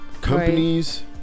companies